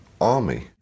army